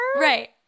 Right